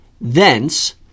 thence